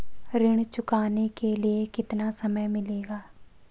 ऋण चुकाने के लिए कितना समय मिलेगा?